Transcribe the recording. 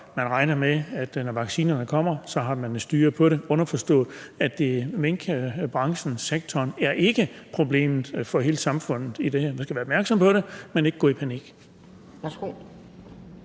Man regner med, at når vaccinerne kommer, har man styr på det – underforstået at minkbranchen, den sektor, ikke er problemet for hele samfundet i forhold til det her. Man skal være opmærksom på det, men man skal ikke gå i panik.